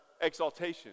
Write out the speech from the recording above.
exaltation